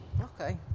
Okay